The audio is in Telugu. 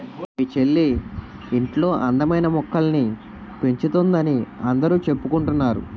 మీ చెల్లి ఇంట్లో అందమైన మొక్కల్ని పెంచుతోందని అందరూ చెప్పుకుంటున్నారు